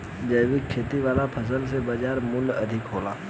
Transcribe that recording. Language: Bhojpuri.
जैविक खेती वाला फसल के बाजार मूल्य अधिक होला